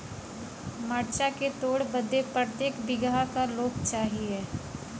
मरचा के तोड़ बदे प्रत्येक बिगहा क लोग चाहिए?